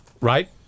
Right